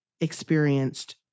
experienced